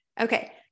Okay